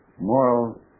moral